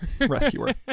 rescuer